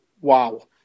Wow